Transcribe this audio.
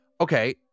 okay